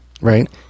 Right